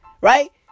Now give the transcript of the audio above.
Right